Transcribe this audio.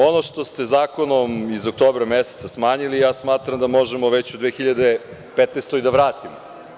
Ono što ste zakonom iz oktobra meseca smanjili, ja smatram da možemo već u 2015. godini da vratimo.